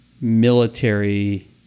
military